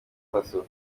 faso